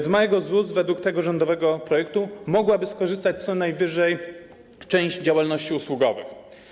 Z małego ZUS według rządowego projektu mogłaby skorzystać co najwyżej część działalności usługowej.